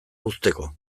uzteko